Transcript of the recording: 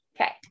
Okay